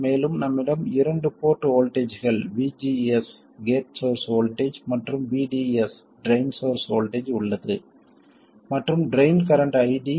மேலும் நம்மிடம் இரண்டு போர்ட் வோல்ட்டேஜ்கள் VGS கேட் சோர்ஸ் வோல்டேஜ் மற்றும் VDS ட்ரைன் சோர்ஸ் வோல்ட்டேஜ் உள்ளது மற்றும் ட்ரைன் கரண்ட் ID